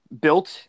built